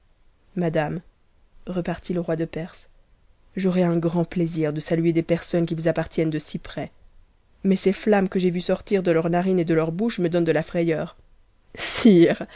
madame repartit le roi de perse j'aurai un grand plaisir de saluer des personnes qui vous appartiennent de si près mais ces flammes que j i vues sortir de leurs narines et de leurs bouches me donnent de la frayeur sire